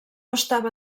estava